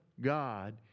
God